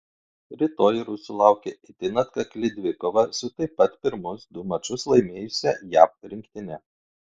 rytoj rusų laukia itin atkakli dvikova su taip pat pirmus du mačus laimėjusia jav rinktine